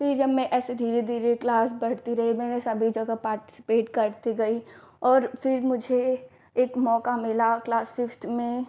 फिर जब मैं ऐसे धीरे धीरे क्लास बढ़ती रही मैं सभी जगह पार्टिसिपेट करती गई और फिर मुझे एक मौक़ा मिला क्लास फिफ़्थ में